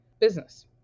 business